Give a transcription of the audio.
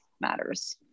matters